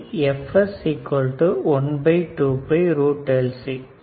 0110 12 1